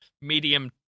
medium